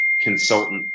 consultant